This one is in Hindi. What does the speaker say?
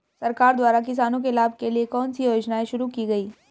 सरकार द्वारा किसानों के लाभ के लिए कौन सी योजनाएँ शुरू की गईं?